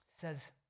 says